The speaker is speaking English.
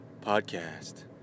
podcast